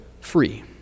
free